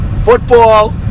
football